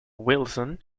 wilson